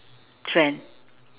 trend